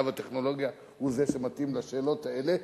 והטכנולוגיה הוא זה שמתאים לשאלות האלה,